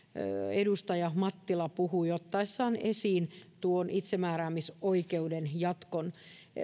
edustaja mattila puhui ottaessaan esiin tuon itsemääräämisoikeuden jatkon